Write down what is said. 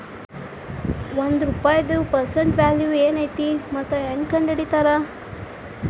ಒಂದ ರೂಪಾಯಿದ್ present value ಏನೈತಿ ಮತ್ತ ಹೆಂಗ ಕಂಡಹಿಡಿತಾರಾ